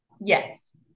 Yes